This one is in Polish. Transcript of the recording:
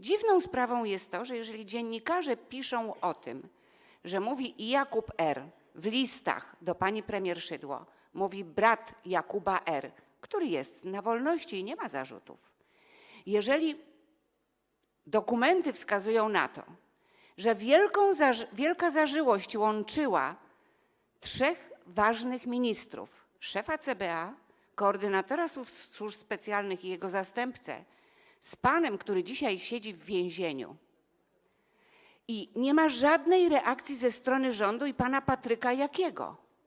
Dziwną sprawą jest to, że jeżeli dziennikarze piszą o tym, jeśli mówi o tym Jakub R. w listach do pani premier Szydło, mówi brat Jakuba R., który jest na wolności i nie ma zarzutów, jeżeli dokumenty wskazują na to, że wielka zażyłość łączyła trzech ważnych ministrów: szefa CBA, koordynatora służb specjalnych i jego zastępcę z panem, który dzisiaj siedzi w więzieniu, nie ma żadnej reakcji ze strony rządu i pana Patryka Jakiego.